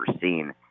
seen